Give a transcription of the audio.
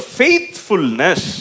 faithfulness